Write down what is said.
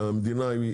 שהמדינה היא,